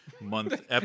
month